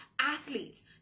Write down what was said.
athletes